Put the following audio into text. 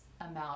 amount